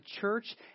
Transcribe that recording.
church